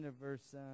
verse